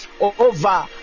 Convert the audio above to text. over